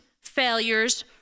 failures